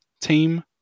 team